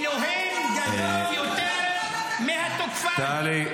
מבן גביר האנטישמי.